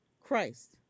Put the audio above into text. Christ